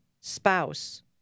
spouse